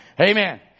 Amen